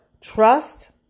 trust